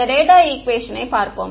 இந்த டேட்டா ஈக்குவேஷனை பார்ப்போம்